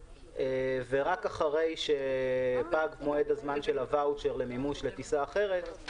ורק אחרי שפג מועד הזמן של הוואוצ'ר למימוש לטיסה אחרת,